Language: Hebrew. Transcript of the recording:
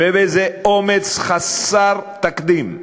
ובאיזה אומץ חסר תקדים,